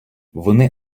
вони